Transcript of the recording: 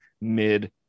mid